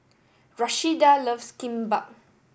Rashida loves Kimbap